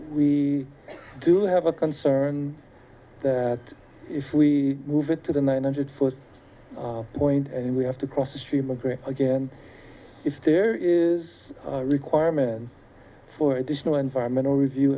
we do have a concern that if we move it to the nine hundred first point and we have to cross a stream agree again if there is a requirement for additional environmental review